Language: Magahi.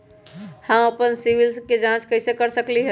हम अपन सिबिल के जाँच कइसे कर सकली ह?